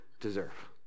deserve